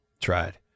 tried